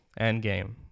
Endgame